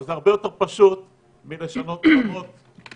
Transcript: אבל זה הרבה יותר פשוט מלשנות עולמות מלמעלה.